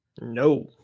No